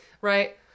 Right